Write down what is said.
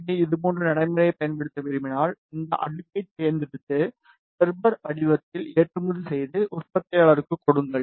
பியை இதேபோன்ற நடைமுறையைப் பயன்படுத்த விரும்பினால் இந்த அடுக்கைத் தேர்ந்தெடுத்து கெர்பர் வடிவத்தில் ஏற்றுமதி செய்து உற்பத்தியாளருக்குக் கொடுங்கள்